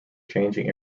changing